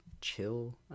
chill